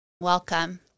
Welcome